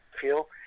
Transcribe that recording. feel